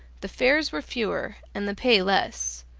the fares were fewer, and the pay less.